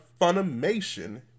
Funimation